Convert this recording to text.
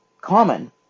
common